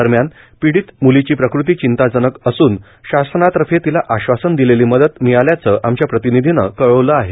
दरम्यान पीडित मुलीची प्रकृती चिंताजनक असून शासनातर्फे तिला आश्वासन दिलेली मदत मिळाल्याचं आमच्या प्रतिनिधीन कळवल आहे